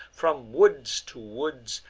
from woods to woods,